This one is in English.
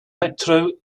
metro